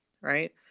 right